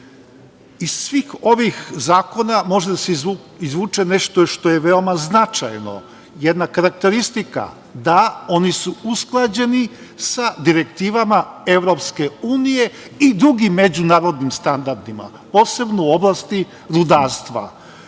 svih ovih zakona može da se izvuče nešto što je veoma značajno, jedna karakteristika, da oni su usklađeni sa direktivama EU i drugim međunarodnim standardima, posebno u oblasti rudarstva. Znate,